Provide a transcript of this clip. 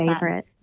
favorite